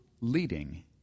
leading